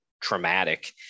traumatic